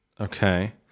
Okay